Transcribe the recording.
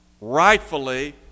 rightfully